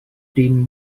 dean